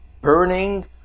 burning